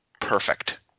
perfect